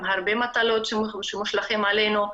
עם הרבה מטלות שמושלכים עלינו.